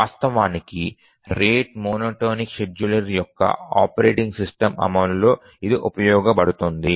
వాస్తవానికి rate monotonic scheduler యొక్క operating system అమలులో ఇది ఉపయోగించబడుతుంది